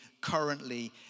currently